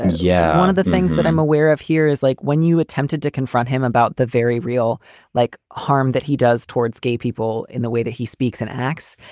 yeah. one of the things that i'm aware of here is like when you attempted to confront him about the very real like harm that he does towards gay people in the way that he speaks and acts,